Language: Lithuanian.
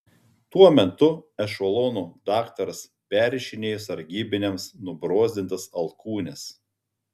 tuo metu ešelono daktaras perrišinėjo sargybiniams nubrozdintas alkūnes